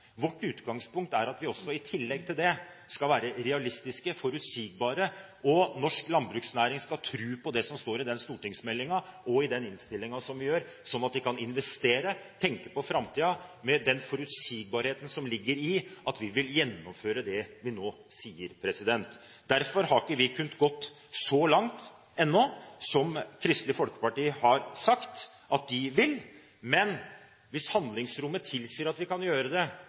Vårt utgangspunkt er at vi i tillegg til det skal være realistiske og forutsigbare, og norsk landbruksnæring skal tro på det som står i stortingsmeldingen og innstillingen, slik at de kan investere og tenke på framtiden med den forutsigbarheten som ligger i at vi vil gjennomføre det vi nå sier. Derfor har vi ikke kunnet gå så langt ennå som Kristelig Folkeparti har sagt at de vil, men hvis handlingsrommet tilsier at vi kan gjøre det